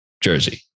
Jersey